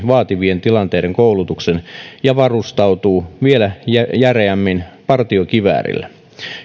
vaativien tilanteiden koulutuksen ja varustautuu vielä järeämmin partiokiväärillä